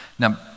Now